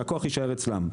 שהכוח יישאר אצלם,